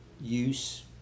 Use